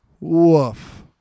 Woof